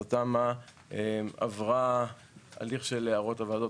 אז התמ"א עברה הליך של הערות של הוועדות